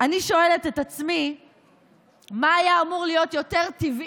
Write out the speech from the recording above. אני שואלת את עצמי מה היה אמור יותר טבעי